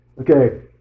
Okay